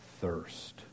thirst